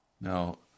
Now